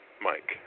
Mike